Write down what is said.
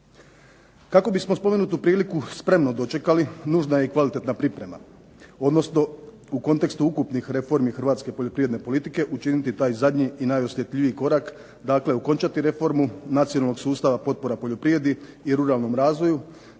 Kako bismo spomenutu priliku spremno dočekali nužna je kvalitetna priprema. Odnosno, u kontekstu ukupnih reformi Hrvatske poljoprivredne politike učiniti taj zadnji i najosjetljiviji korak, znači okončati reformu nacionalnog sustava potpora poljoprivredi i ruralnom razvoju,